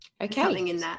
okay